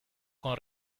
con